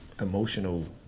emotional